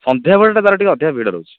ସନ୍ଧ୍ୟା ବେଳଟା ତାର ଟିକେ ଅଧିକା ଭିଡ଼ ରହୁଛି